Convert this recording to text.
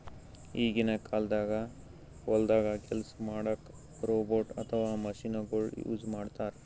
ಈಗಿನ ಕಾಲ್ದಾಗ ಹೊಲ್ದಾಗ ಕೆಲ್ಸ್ ಮಾಡಕ್ಕ್ ರೋಬೋಟ್ ಅಥವಾ ಮಷಿನಗೊಳು ಯೂಸ್ ಮಾಡ್ತಾರ್